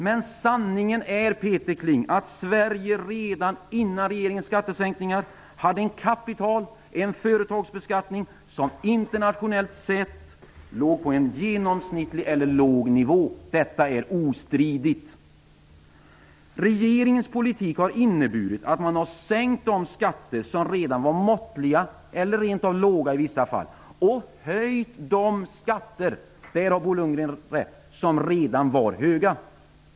Men sanningen är, Peter Kling, att Sverige redan innan regeringens skattesänkningar hade en kapital och företagsbeskattning som internationellt sett låg på en genomsnittlig eller låg nivå. Detta är ostridigt. Regeringens politik har inneburit att man sänkt skatter som var måttliga, eller rent av låga, och höjt de skatter som redan var höga.